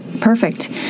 Perfect